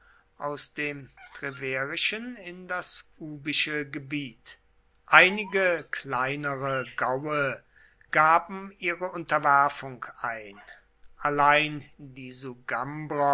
aus dem treverischen in das ubische gebiet einige kleinere gaue gaben ihre unterwerfung ein allein die